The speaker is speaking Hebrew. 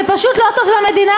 זה פשוט לא טוב למדינה,